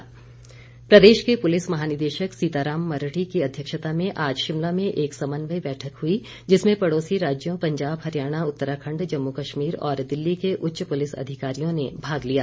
police बैठक प्रदेश के पुलिस महानिदेशक सीताराम मरडी की अध्यक्षता में आज शिमला में एक समन्वय बैठक हुई जिसमें पड़ोसी राज्यों पंजाब हरियाणा उत्तराखण्ड जम्मू कश्मीर और दिल्ली के उच्च पुलिस अधिकारियों ने भाग लिया